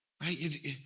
right